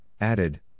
added